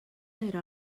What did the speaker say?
era